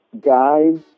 guys